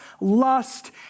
lust